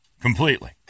completely